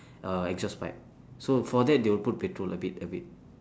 uh exhaust pipe so for that they will put petrol a bit a bit